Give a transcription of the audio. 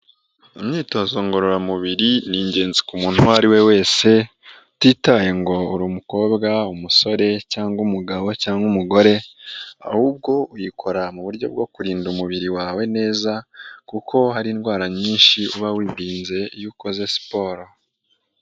Imyitozo ngororamubiri ni ingenzi ku muntu uwo ari we wese utitaye ngo uri umukobwa, umusore cyangwa umugabo cyangwa umugore ahubwo uyikora mu buryo bwo kurinda umubiri wawe neza, kuko hari indwara nyinshi uba wirinze iyo ukoze siporo.